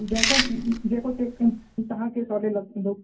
जेका जेको त तव्हांखे सवलो लॻंदो